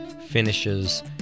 finishes